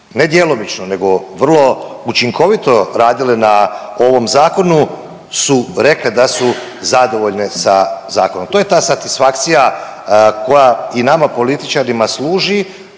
ne djelomično nego vrlo učinkovito radile na ovom zakonu su rekle da su zadovoljne sa zakonom. To je ta satisfakcija koja i nama političarima služi